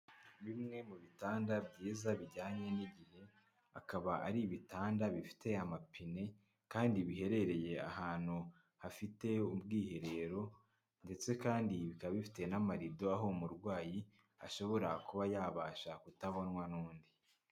Bimwe mu bitanda byiza bijyanye n'igihe, akaba ari ibitanda bifite amapine kandi biherereye ahantu hafite ubwiherero ndetse kandi bikaba bifite n'amarido, aho umurwayi ashobora kuba yabasha kutabonwa n'undi.